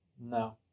No